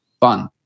fun